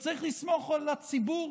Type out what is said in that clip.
צריך לסמוך על הציבור